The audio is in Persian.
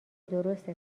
درسته